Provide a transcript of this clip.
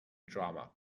drama